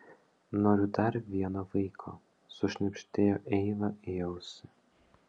noriu dar vieno vaiko sušnibždėjo eiva į ausį